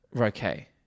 Okay